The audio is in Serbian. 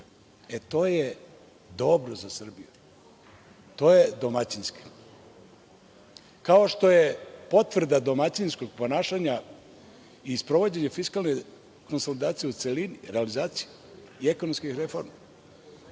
To je dobro za Srbiju, to je domaćinski. Kao što je potvrda domaćinskog ponašanja i sprovođenje fiskalne konsolidacije u celini, realizacije i ekonomskih reformi.